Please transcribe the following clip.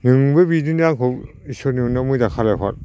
नोंबो बिदिनो आंखौ इसोरनि अननायाव आंखौ मोजां खालामहर